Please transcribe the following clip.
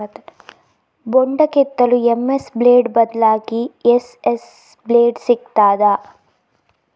ಬೊಂಡ ಕೆತ್ತಲು MS blade ಬದ್ಲಾಗಿ ಎಸ್.ಎಸ್ ಬ್ಲೇಡ್ ಸಿಕ್ತಾದ?